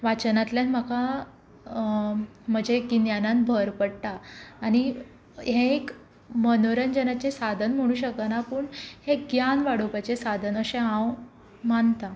वाचनांतल्यान म्हाका म्हजे गिन्यानांत भर पडटा आनी हें एक मनोरंजनाचें साधन म्हणू शकना पूण एक ज्ञान वाडोवपाचें साधन अशें हांव मानतां